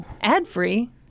ad-free